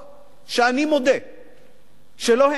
שאני מודה שלא האמנתי